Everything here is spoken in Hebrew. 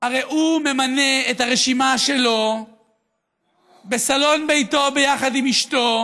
הרי הוא ממנה את הרשימה שלו בסלון ביתו ביחד עם אשתו,